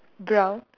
brown